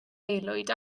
aelwyd